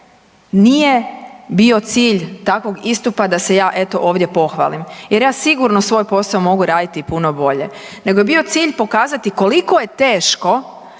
nije bio cilj takvog istupa da se ja eto ovdje pohvalim. Jer ja sigurno svoj posao mogu raditi puno bolje, nego je bio cilj pokazati koliko je teško